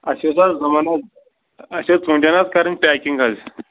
اَسہِ ٲس حظ بہٕ ونہو اَسہِ ٲس ژوٗنٛٹھٮ۪ن حظ کَرٕنۍ پیکِنٛگ حظ